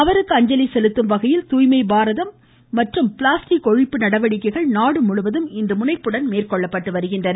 அவருக்கு அஞ்சலி செலுத்தும் வகையில் தூய்மை பாரத மற்றும் பிளாஸ்டிக் ஒழிப்பு நடவடிக்கைகள் நாடுமுழுவதும் இன்று மேற்கொள்ளப்பட்டு வருகின்றன